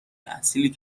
اصیل